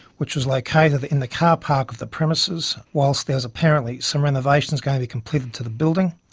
which was located like kind of in the car park of the premises whilst there was apparently some renovations going to be completed to the building.